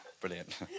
brilliant